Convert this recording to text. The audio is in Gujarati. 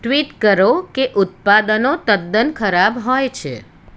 ટ્વીટ કરો કે ઉત્પાદનો તદ્દન ખરાબ હોય છે